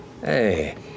Hey